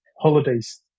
holidays